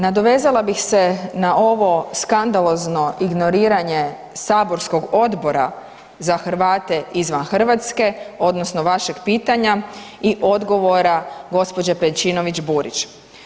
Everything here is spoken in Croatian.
Nadovezala bih se na ovo skandalozno ignoriranje saborskog Odbora za Hrvate izvan Hrvatske odnosno vašeg pitanja i odgovora gđe. Pejčinović Burić.